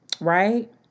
Right